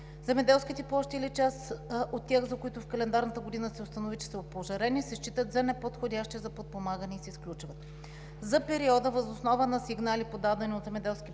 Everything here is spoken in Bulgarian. земеделските площи или част от тях, за които в календарната година се установи, че са опожарени, се считат за неподходящи за подпомагане и се изключват. За периода въз основа на сигнали, подадени от земеделски